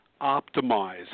optimize